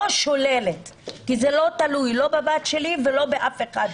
שוללת כי זה לא תלוי לא בבת שלי ולא באף אחד,